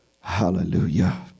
Hallelujah